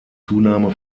zunahme